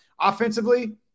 offensively